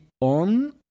on